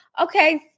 okay